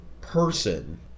person